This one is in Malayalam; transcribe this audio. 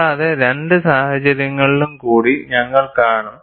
കൂടാതെ രണ്ട് സാഹചര്യങ്ങളും കൂടി ഞങ്ങൾ കാണും